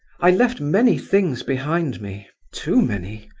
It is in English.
i left many things behind me too many.